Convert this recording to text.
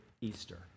Easter